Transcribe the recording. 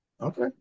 Okay